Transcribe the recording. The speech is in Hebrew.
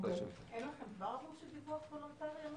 אין לך כבר ערוץ של דיווח וולנטרי אמין?